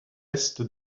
est